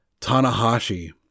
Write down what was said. Tanahashi